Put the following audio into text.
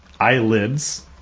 Eyelids